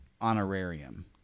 honorarium